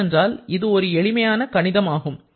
ஏனென்றால் இது ஒரு எளிமையான கணிதம் ஆகும்